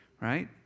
right